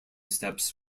steps